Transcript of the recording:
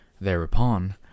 Thereupon